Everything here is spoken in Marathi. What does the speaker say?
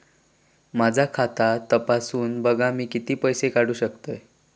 माझा खाता तपासून बघा मी किती पैशे काढू शकतय?